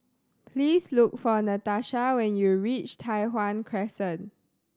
please look for Natasha when you reach Tai Hwan Crescent